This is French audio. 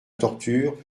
torture